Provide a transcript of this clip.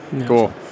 Cool